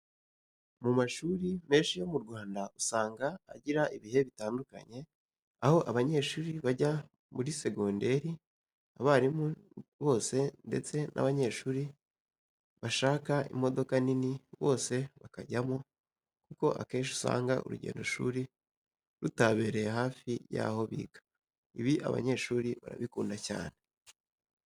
Mu mashuri menshi yo mu Rwanda usanga agira ibihe bitandukanye, aho abanyeshuri bajya mu rugendoshuri, abarimu bose ndetse n'abanyeshuri bashaka imodoka nini bose bakajyamo kuko akenshi usanga urugendoshuri rutabereye hafi yaho biga. Ibi abanyeshuri barabikunda cyane.